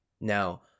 Now